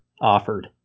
offered